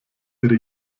ihre